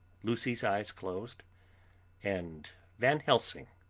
lucy's eyes closed and van helsing,